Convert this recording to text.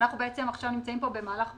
אנחנו נמצאים פה עכשיו במהלך משולב,